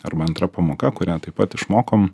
arba antra pamoka kurią taip pat išmokom